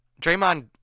Draymond